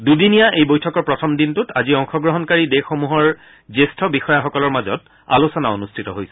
দুদিনীয়া এই বৈঠকৰ প্ৰথম দিনটোত আজি অংশগ্ৰহণ কাৰি দেশসমূহৰ জ্যেষ্ঠ বিষয়াসকলৰ মাজত আলোচনা অনুষ্ঠিত হৈছে